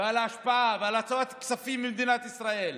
על ההשפעה ועל הוצאת כספים ממדינת ישראל